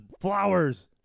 Flowers